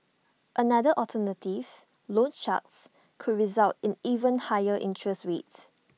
another alternative loan sharks could result in even higher interest rates